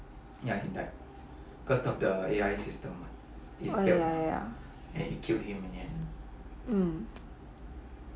oh ya ya ya mm